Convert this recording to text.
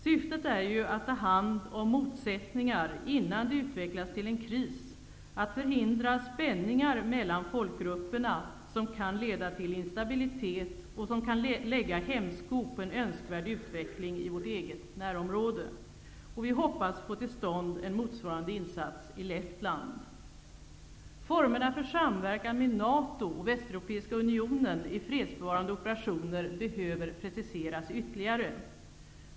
Syftet är ju att ta hand om motsättningar innan de utvecklas till en kris, att förhindra spänningar mellan folkgrupperna som kan leda till instabilitet och som kan lägga hämsko på en önskvärd utveckling i vårt eget närområde. Vi hoppas få till stånd en motsvarande insats i Lettland. Västeuropeiska Unionen i fredsbevarande operationer behöver preciseras ytterligare.